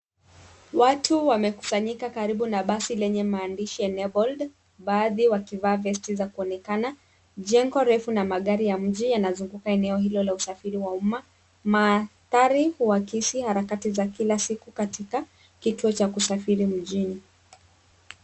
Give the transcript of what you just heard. Watu wamekusanyika karibu na basi lenye maandishi Enabled baadhi wakivaa vesti za kuonekana, jengo refu na magari marefu ya mji yanazunguka mji na eneo hilo la usafiri wa umma. Mandhari hu akisi harakati ya kila siku katika kituo cha kusafiri mjini.